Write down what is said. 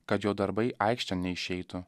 kad jo darbai aikštėn neišeitų